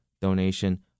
donation